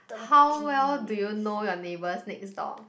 how well do you know your neighbors next door